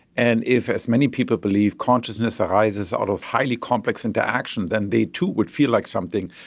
and if, as many people believe, consciousness arises out of highly complex interaction, then they too would feel like something.